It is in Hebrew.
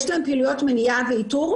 יש להם פעולות מניעה ואיתור,